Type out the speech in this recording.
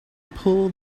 pull